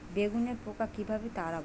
বেগুনের পোকা কিভাবে তাড়াব?